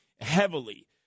heavily